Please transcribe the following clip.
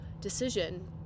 decision